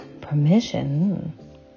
Permission